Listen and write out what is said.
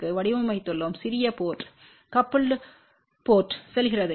க்கு வடிவமைத்துள்ளோம் சிறிய போர்ட் கபுல்டு போர்ட்த்திற்கு செல்கிறது